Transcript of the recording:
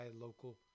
Local